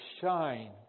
shine